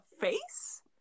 face